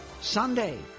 Sunday